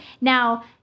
now